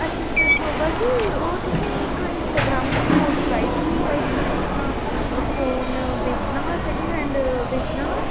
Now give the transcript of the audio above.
अच्छा अच्छा शोभा जी ओह् तुसें इक इंस्टाग्राम पर पोस्ट पाई दी ही कि भाई तुसें अपना फोन बेचना हा सैक्न हैंड बेचना हा